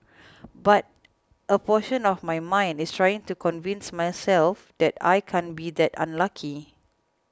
but a portion of my mind is trying to convince myself that I can't be that unlucky